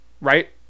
right